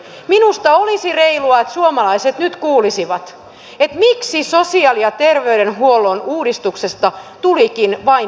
minusta olisi reilua että suomalaiset nyt kuulisivat miksi sosiaali ja terveydenhuollon uudistuksesta tulikin vain säästöuudistus